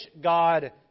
God